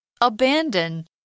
Abandon